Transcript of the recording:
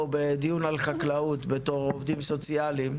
בדיון על חקלאות בתור עובדים סוציאליים?